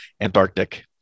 Antarctic